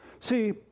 See